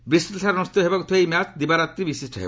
ବ୍ରିଷ୍ଟଲ୍ଠାରେ ଅନୁଷ୍ଠିତ ହେବାକ୍ରିଥିବା ଏହି ମ୍ୟାଚ୍ ଦିବାରାତ୍ରି ବିଶିଷ୍ଟ ହେବ